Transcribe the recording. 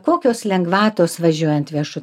kokios lengvatos važiuojant viešu